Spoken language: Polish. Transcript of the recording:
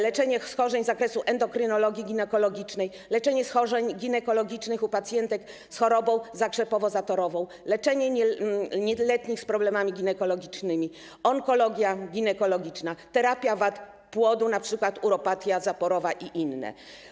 leczenie schorzeń z zakresu endokrynologii ginekologicznej, leczenie schorzeń ginekologicznych u pacjentek z chorobą zakrzepowo-zatorową, leczenie nieletnich z problemami ginekologicznymi, onkologia ginekologiczna, terapia wad płodu, np. uropatia zaporowa i inne.